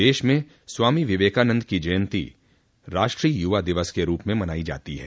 देश में स्वामी विवेकानंद की जयंती राष्ट्रीय युवा दिवस के रूप में मनाई जाती है